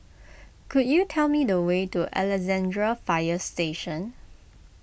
could you tell me the way to Alexandra Fire Station